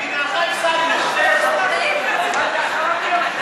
לחלופין ו' של קבוצת סיעת המחנה הציוני לסעיף 1 לא נתקבלה.